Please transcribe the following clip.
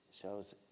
shows